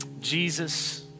Jesus